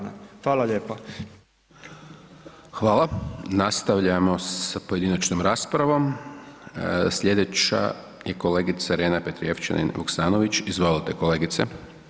Nastavljamo sa pojedinačnom raspravom, slijedeća je kolegica Irena Petrijevčanin Vuksanović, izvolite kolegice.